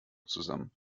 zusammen